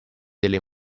delle